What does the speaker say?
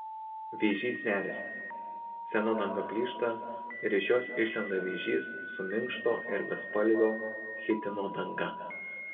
vėžys neriasi sena danga plyšta ir iš jos išlenda vėžys su minkšto ir bespalvio chitino danga